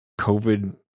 COVID